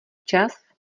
čas